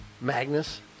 Magnus